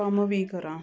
ਕੰਮ ਵੀ ਕਰਾਂ